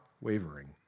wavering